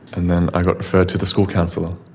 and then i got referred to the school councillor,